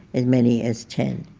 as many as ten.